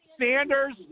Sanders